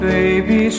Baby